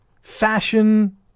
fashion